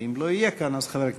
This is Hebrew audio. ואם הוא לא יהיה כאן אז,